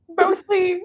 mostly